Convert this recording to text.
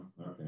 okay